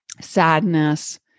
sadness